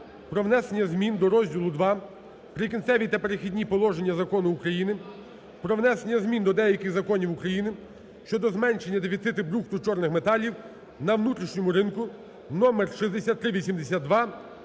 про внесення змін до розділу ІІ "Прикінцеві та перехідні положення" Закону України "Про внесення змін до деяких законів України щодо зменшення дефіциту брухту чорних металів на внутрішньому ринку" (номер 6382)